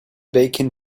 bacon